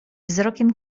wzrokiem